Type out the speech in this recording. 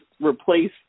replace